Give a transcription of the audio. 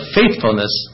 faithfulness